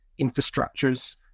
infrastructures